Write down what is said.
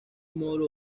módulos